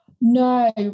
No